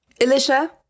Elisha